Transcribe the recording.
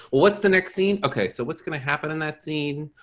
what's the next scene? okay, so what's gonna happen in that scene?